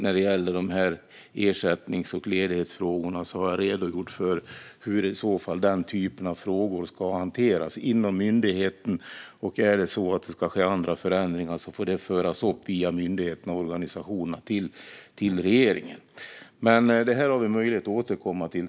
Vad gäller ersättnings och ledighetsfrågorna har jag redogjort för hur sådana frågor ska hanteras inom myndigheten. Om andra förändringar behöver ske får det föras upp till regeringen via myndigheterna och organisationerna. Allt detta har vi möjlighet att återkomma till.